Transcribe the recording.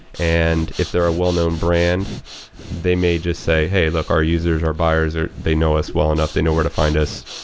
and if they're a well-known brand they may just say, hey, look. our users, our buyers, they know us well enough. they know where to find us.